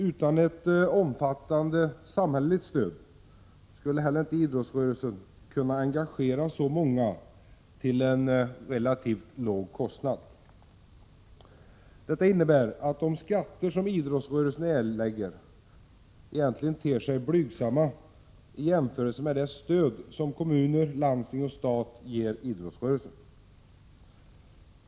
Utan ett omfattande samhälleligt stöd skulle dock inte idrottsrörelsen kunna engagera så många till en relativt låg kostnad. Detta innebär att de skatter som idrottsrörelsen erlägger ter sig blygsamma i jämförelse med det stöd som kommuner, landsting och stat ger idrottsrörelsen.